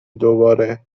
دوباره